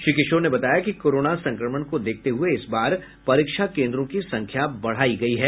श्री किशोर ने बताया कि कोरोना संक्रमण को देखते हुये इस बार परीक्षा केन्द्रों की संख्या बढ़ाई गयी है